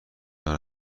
جهان